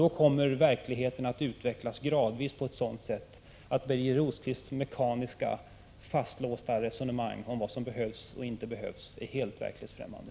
Då kommer verkligheten att utvecklas gradvis på ett sådant sätt att Birger Rosqvists mekaniska, fastlåsta resonemang om vad som behövs och inte behövs är helt verklighetsfrämmande.